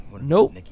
Nope